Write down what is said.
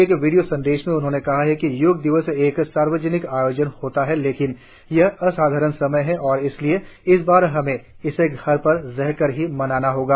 एक वीडियो संदेश में उन्होंने कहा कि योग दिवस एक सार्वजनिक आयोजन होता है लेकिन यह असाधारण समय है और इसलिए इस बार हमें इसे घर पर रहकर ही मनाना होगा